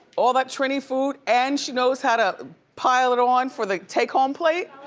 all that trini food and she knows how to pile it on for the take home plate.